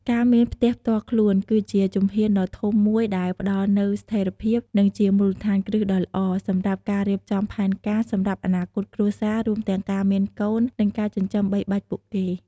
ការមាន ផ្ទះផ្ទាល់ខ្លួន គឺជាជំហានដ៏ធំមួយដែលផ្ដល់នូវ ស្ថេរភាព និងជា មូលដ្ឋានគ្រឹះដ៏ល្អ សម្រាប់ការរៀបចំផែនការសម្រាប់អនាគតគ្រួសារ រួមទាំងការមានកូន និងការចិញ្ចឹមបីបាច់ពួកគេ។